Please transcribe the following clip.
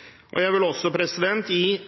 ordning. Jeg vil også gi